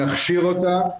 נכשיר אותם,